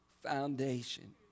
foundation